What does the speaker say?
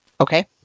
Okay